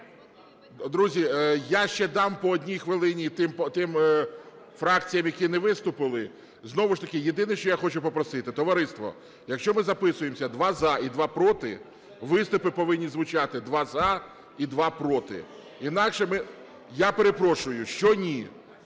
Друзі, я ще дам по 1 хвилині тим фракціям, які не виступили. Знову ж таки, єдине, що я хочу попросити. Товариство, якщо ми записуємося: два – за і два – проти, - виступи повинні звучати: два – за і два – проти. Інакше ми... Я перепрошую. Що "ні"?